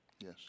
Yes